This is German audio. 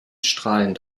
strahlend